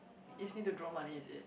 is need to draw money is it